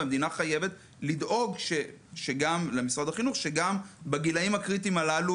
והיא חייבת לדאוג שגם בגילאים הקריטיים הללו